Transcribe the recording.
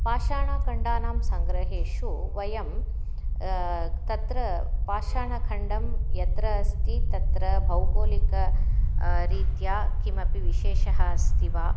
पाषाणखण्डानां सङ्ग्रहेषु वयं तत्र पाषाणखण्डं यत्र अस्ति तत्र भौगोलिकरीत्या किमपि विशेषः अस्ति वा